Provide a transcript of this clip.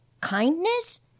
kindness